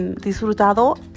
disfrutado